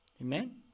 Amen